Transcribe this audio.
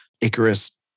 Icarus